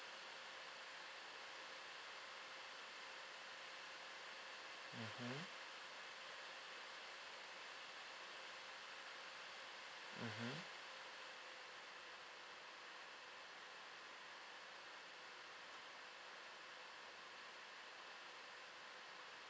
mmhmm mmhmm